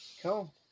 Cool